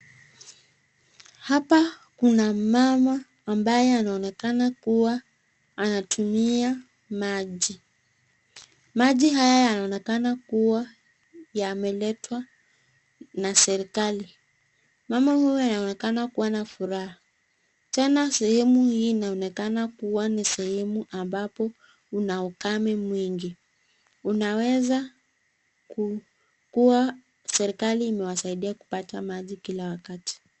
Hapa kuna mmama ambaye anaonekana kuwa anatumia maji. Maji haya yanaonekana kuwa yameletwa na serikali. Mama huyu anaonekana kuwa na furaha, tena sehemu hii inaonekana kuwa ni sehemu ambapo kuna ukame mwingi. Unaweza kuwa serikali imewasaidia kupata maji kila wakati.